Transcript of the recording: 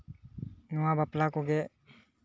ᱱᱚᱣᱟ ᱵᱟᱯᱞᱟ ᱠᱚᱜᱮ